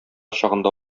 чагында